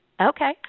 Okay